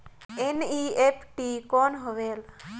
NEFT कौन होएल?